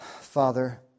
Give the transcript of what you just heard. Father